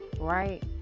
right